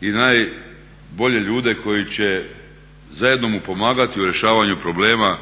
i najbolje ljude koji će zajedno mu pomagati u rješavanju problema